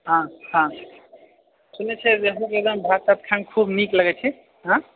हाँ हाँ सुनै छिऐ रेहू भात सङ्ग खाइमे खूब नीक लगै छै हेँ